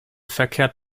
verkehrt